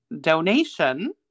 donation